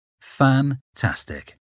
Fantastic